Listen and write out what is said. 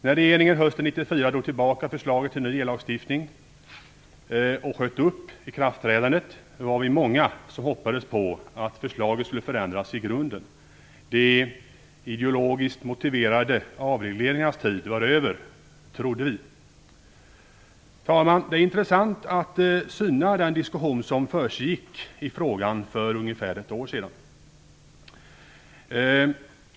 När regeringen hösten 1994 drog tillbaka förslaget till ny ellagstiftning och sköt upp ikraftträdandet var vi många som hoppades på att förslaget skulle förändras i grunden. De ideologiskt motiverade avregleringarnas tid var över, trodde vi. Herr talman! Det är intressant att syna den diskussion som försiggick i frågan för ungefär ett år sedan.